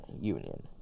Union